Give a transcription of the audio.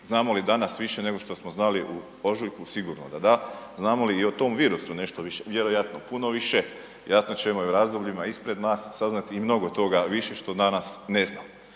Znamo li danas više nego što smo znali u ožujku, sigurno da da. Znamo li i o tom virusu nešto više, vjerojatno puno više. Vjerojatno ćemo i u razdobljima ispred nas saznati i mnogo toga više što danas ne znamo.